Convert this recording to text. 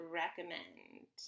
recommend